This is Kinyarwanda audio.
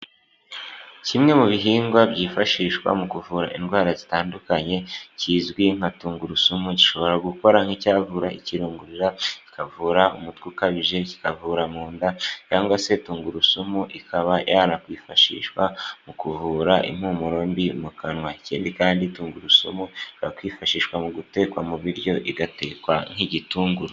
kimwe mu bihingwa byifashishwa mu kuvura indwara zitandukanye kizwi nka tungurusumu gishobora gukora nk'icyavura ikirungura, kikavura umutwe ukabije, kikavura mu nda cyangwa se tungurusumu ikaba yanakwifashishwa mu kuvura impumuro mbi mu kanwa. Ikindi kandi tungurusumu yakwifashishwa mu gutekwa mu biryo igatekwa nk'igitunguru.